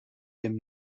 dem